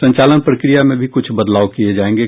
संचालन प्रक्रिया में भी क्छ बदलाव किए जाएंगे